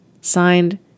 Signed